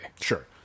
Sure